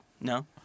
No